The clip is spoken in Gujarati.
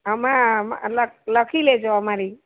આમાં આ લખી લેજો અમારી